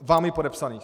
Vámi podepsaných.